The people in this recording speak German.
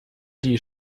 die